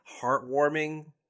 heartwarming